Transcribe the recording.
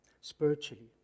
spiritually